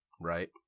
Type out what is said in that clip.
right